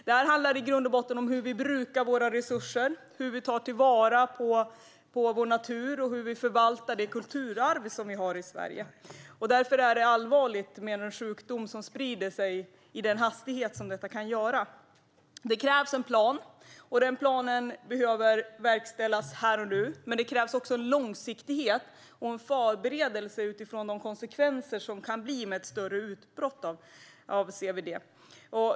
Det handlar i grund och botten om hur vi brukar våra resurser, hur vi tar vara på vår natur och hur vi förvaltar det kulturarv som vi har i Sverige. Därför är det allvarligt med en sjukdom som sprider sig med den hastighet som denna kan göra. Det krävs en plan, och den planen behöver verkställas här och nu. Men det krävs också långsiktighet och en förberedelse utifrån de konsekvenser som ett större utbrott av CWD kan få.